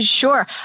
Sure